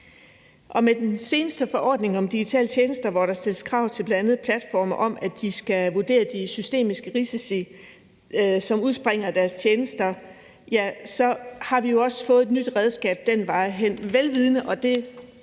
Med den seneste forordning om digitale tjenester, hvor der stilles krav til bl.a. platforme om, at de skal vurdere de systemiske risici, som udspringer af deres tjenester, har vi jo også fået et nyt redskab ad den vej, vel vidende, og det